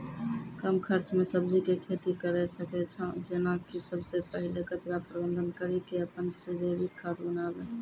कम खर्च मे सब्जी के खेती करै सकै छौ जेना कि सबसे पहिले कचरा प्रबंधन कड़ी के अपन से जैविक खाद बनाबे?